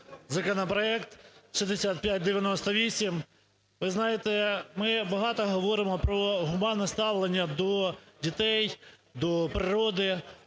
законопроект 6598. Ви знаєте, ми багато говоримо про гуманне ставлення до дітей, до природи,